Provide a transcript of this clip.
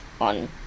on